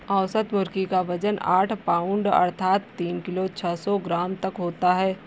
औसत मुर्गी क वजन आठ पाउण्ड अर्थात तीन किलो छः सौ ग्राम तक होता है